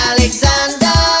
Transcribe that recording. Alexander